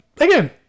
Again